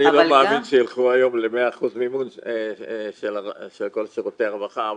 אני לא מאמין שיילכו היום ל-100% מימון של כל שירותי הרווחה,